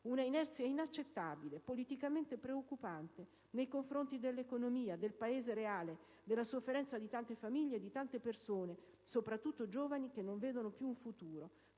Una inerzia inaccettabile e politicamente preoccupante nei confronti dell'economia, del Paese reale, della sofferenza di tante famiglie e di tante persone, sopratutto giovani, che non vedono più un futuro.